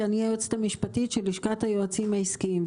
היועצת המשפטית של לשכת היועצים העסקיים.